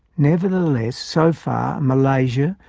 nevertheless, so far, malaysia,